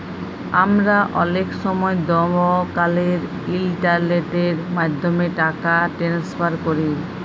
আমরা অলেক সময় দকালের ইলটারলেটের মাধ্যমে টাকা টেনেসফার ক্যরি